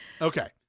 Okay